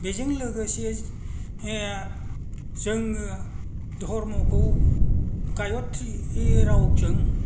बेजों लोगोसे जोङो धरम'खौ गायत्रि रावजों